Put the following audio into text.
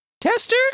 tester